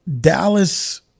Dallas